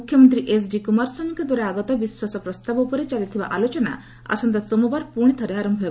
ମୁଖ୍ୟମନ୍ତ୍ରୀ ଏଚ୍ଡି କୁମାରସ୍ୱାମୀଙ୍କ ଦ୍ୱାରା ଆଗତ ବିଶ୍ୱାସ ପ୍ରସ୍ତାବ ଉପରେ ଚାଲିଥିବା ଆଲୋଚନା ଆସନ୍ତା ସୋମବାର ପୁଣି ଥରେ ଆରମ୍ଭ ହେବ